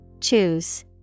Choose